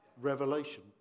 Revelation